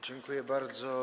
Dziękuję bardzo.